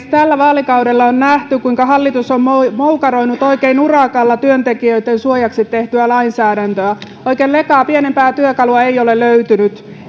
tällä vaalikaudella on nähty kuinka hallitus on moukaroinut oikein urakalla työntekijöitten suojaksi tehtyä lainsäädäntöä oikein lekaa pienempää työkalua ei ole löytynyt